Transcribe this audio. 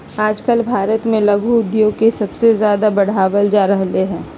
आजकल भारत में लघु उद्योग के सबसे ज्यादा बढ़ावल जा रहले है